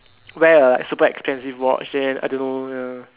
wear a super expensive watch then I don't know ya